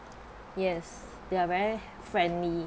yes they are very friendly